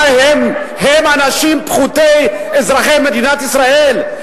מה, הם אנשים פחותים, אזרחי מדינת ישראל?